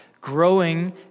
growing